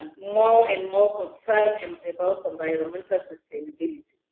more and more concerned um about environmental sustainability?